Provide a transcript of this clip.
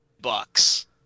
bucks